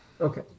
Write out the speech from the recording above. Okay